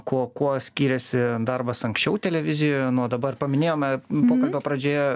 kuo kuo skiriasi darbas anksčiau televizijoje nuo dabar paminėjome pokalbio pradžioje